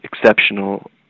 exceptional